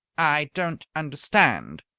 i don't understand.